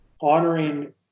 honoring